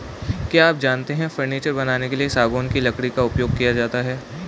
क्या आप जानते है फर्नीचर बनाने के लिए सागौन की लकड़ी का उपयोग किया जाता है